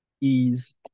ease